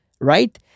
right